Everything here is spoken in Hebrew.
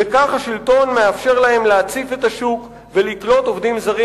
וכך השלטון מאפשר להם להציף את השוק ולקלוט עובדים זרים